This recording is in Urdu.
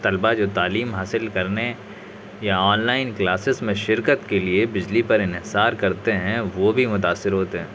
طلبا جو تعلیم حاصل کرنے یا آن لائن کلاسز میں شرکت کے لیے بجلی پر انحصار کرتے ہیں وہ بھی متأثر ہوتے ہیں